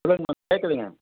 சொல்லுங்கம்மா கேட்குதுங்க